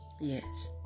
Yes